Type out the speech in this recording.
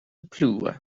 plue